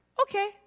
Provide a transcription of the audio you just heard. okay